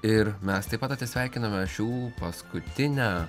ir mes taip pat atsisveikiname šių paskutinę